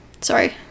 Sorry